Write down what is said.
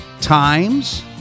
times